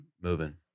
moving